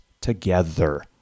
together